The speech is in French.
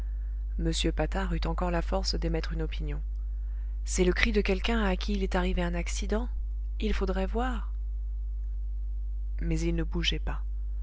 patard eut encore la force d'émettre une opinion c'est le cri de quelqu'un à qui il est arrivé un accident il faudrait voir mais il ne bougeait pas